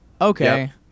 okay